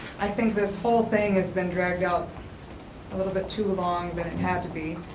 i think this whole thing has been dragged out a little bit too long than it had to be.